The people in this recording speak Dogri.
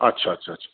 अच्छा अच्छा अच्छा